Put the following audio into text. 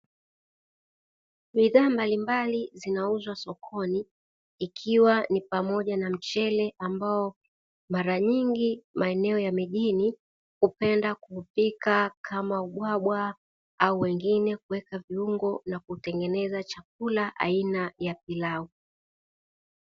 Bidhaa mbalimbali zinauzwa sokoni ikiwa ni pamoja na mchele, ambao mara nyingi maeneo ya mjini huoenda kuupija jkama ubwabwa, au wengine kuweka viungo na kuutengeneza chakula aina ya pilau.